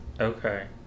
Okay